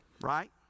Right